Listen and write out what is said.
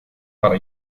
para